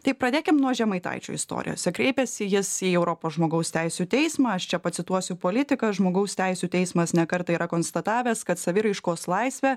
tai pradėkim nuo žemaitaičio istorijose kreipėsi jis į europos žmogaus teisių teismą aš čia pacituosiu politiką žmogaus teisių teismas ne kartą yra konstatavęs kad saviraiškos laisvę